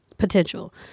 Potential